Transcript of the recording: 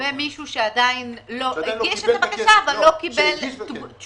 לגבי מי שהגיש ועדיין לא קיבל תשובה.